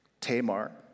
Tamar